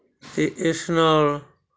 ਅਤੇ ਇਸ ਨਾਲ